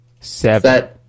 Seven